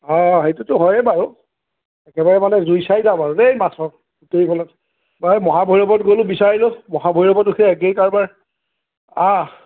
অঁ সেইটোতো হয়ে বাৰু একেবাৰে মানে জুই চাই দাম আৰু দেই মাছত গোটেইখনত সেই মহা ভৈৰৱত গ'লোঁ বিচাৰিলোঁ মহা ভৈৰৱতো সেই একেই কাৰবাৰ অঁ